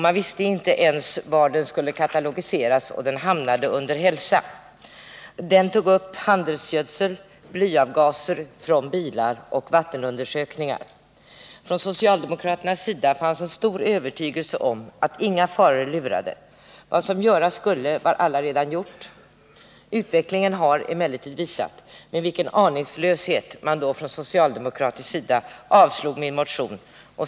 Man visste inte hur den skulle katalogiseras, och den hamnade under Hälsa. I motionen tog jag upp handelsgödsel, bly i bilavgaserna och vattenundersökningar. På socialdemokratisk sida fanns en stor övertygelse om att inga faror lurade. Vad göras skulle var allaredan gjort. Utvecklingen har emellertid visat med vilken aningslöshet socialdemokraterna då avslog min motion.